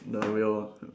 the real